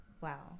Wow